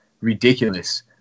ridiculous